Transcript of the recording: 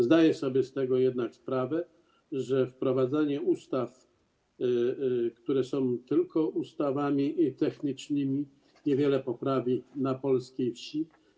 Zdaję sobie jednak z tego sprawę, że wprowadzanie ustaw, które są tylko ustawami technicznymi, niewiele poprawi na polskiej wsi.